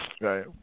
right